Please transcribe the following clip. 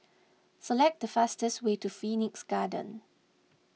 select the fastest way to Phoenix Garden